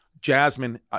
Jasmine